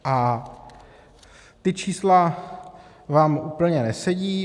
A ta čísla vám úplně nesedí.